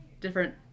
different